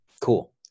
Cool